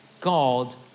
God